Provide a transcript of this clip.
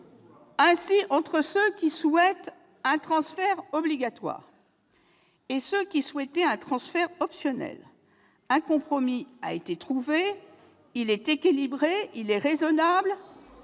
Ainsi, entre ceux qui souhaitaient un transfert obligatoire et ceux qui souhaitaient un transfert optionnel, un compromis a été trouvé. Il est équilibré et raisonnable